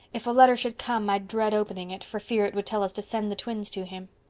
if a letter should come i'd dread opening it, for fear it would tell us to send the twins to him.